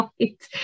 right